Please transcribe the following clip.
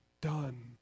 done